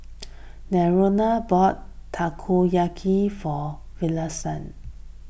Lenora bought Takoyaki for Iverson